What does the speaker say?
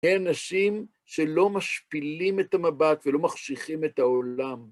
הן נשים שלא משפילים את המבט ולא מחשיכים את העולם.